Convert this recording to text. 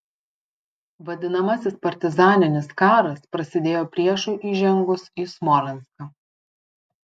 vadinamasis partizaninis karas prasidėjo priešui įžengus į smolenską